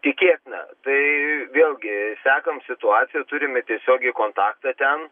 tikėtina tai vėlgi sekam situaciją turime tiesiogiai kontaktą ten